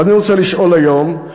ואני רוצה לשאול היום,